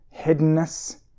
hiddenness